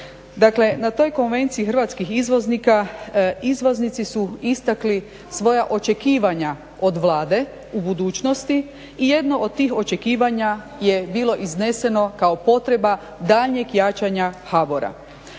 na toj Konvenciji hrvatskih izvoznika, izvoznici su istakli svoja očekivanja od Vlade u budućnosti i jedno od tih očekivanja je bilo izneseno kao potreba daljnjeg jačanja HBOR-a.